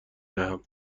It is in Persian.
دهم